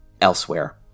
elsewhere